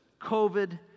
COVID